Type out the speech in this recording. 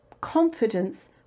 confidence